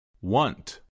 want